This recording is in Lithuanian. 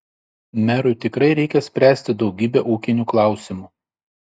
merui tikrai reikia spręsti daugybę ūkinių klausimų